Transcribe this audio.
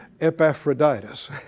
Epaphroditus